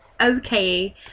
okay